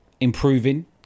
improving